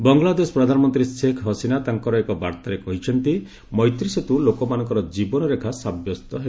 ବାଙ୍ଗଲାଦେଶ ପ୍ରଧାନମନ୍ତ୍ରୀ ଶେଖ୍ ହସିନା ତାଙ୍କର ଏକ ବାର୍ତ୍ତାରେ କହିଛନ୍ତି ମୈତ୍ରୀ ସେତ୍ର ଲୋକମାନଙ୍କର ଜୀବନରେଖା ସାବ୍ୟସ୍ତ ହେବ